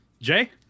Jay